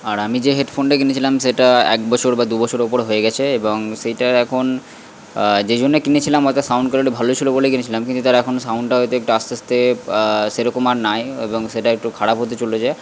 আর আমি যে হেডফোনটা কিনেছিলাম সেটা এক বছর বা দু বছরের উপর হয়ে গেছে এবং সেইটার এখন যেই জন্য কিনেছিলাম অর্থাৎ সাউন্ড কোয়ালিটি ভালো ছিলো বলে কিনেছিলাম কিন্তু তার এখন সাউন্ডটা হয়তো একটু আস্তে আস্তে সেরকম আর নাই এবং সেটা একটু খারাপ হতে চলেছে